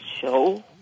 show